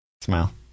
Smile